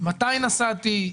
מתי נסעתי,